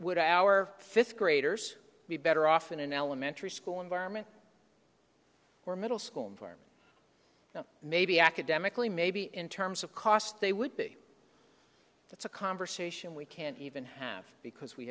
would our fifth graders be better off in an elementary school environment or middle school environment maybe academically maybe in terms of cost they would be that's a conversation we can't even have because we